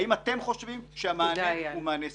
האם אתם חושבים שהמענה הוא מענה סביר?